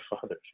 father